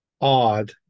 odd